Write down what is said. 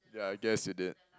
ya I guess you did